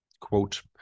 quote